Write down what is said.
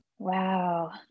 Wow